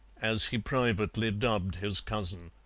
as he privately dubbed his cousin.